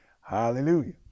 Hallelujah